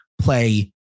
play